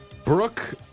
Brooke